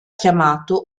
chiamato